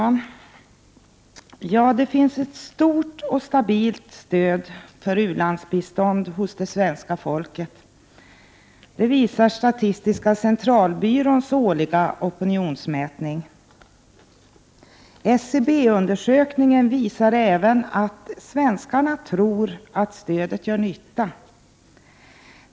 Fru talman! Det finns ett stort och stabilt stöd för u-landsbistånd hos det svenska folket, det visar Statistiska centralbyråns årliga opinionsmätning. SCB-undersökningen visar även att svenskarna tror att stödet gör nytta.